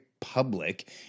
public